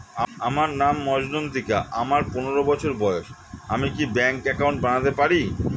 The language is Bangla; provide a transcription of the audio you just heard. আমার নাম মজ্ঝন্তিকা, আমার পনেরো বছর বয়স, আমি কি ব্যঙ্কে একাউন্ট বানাতে পারি?